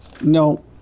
No